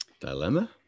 dilemma